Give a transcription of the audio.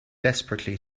desperately